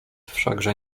wszakże